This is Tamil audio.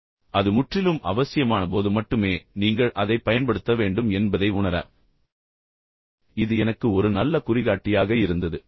எனவே அது முற்றிலும் அவசியமானபோது மட்டுமே நீங்கள் அதைப் பயன்படுத்த வேண்டும் என்பதை உணர இது எனக்கு ஒரு நல்ல குறிகாட்டியாக இருந்தது